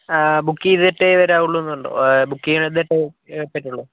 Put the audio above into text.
book ചെയ്തിട്ടേ വരാവുള്ളൂ എന്നുണ്ടോ ബുക്ക് ചെയ്യാതെ തന്നെ പറ്റില്ലേ